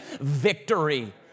victory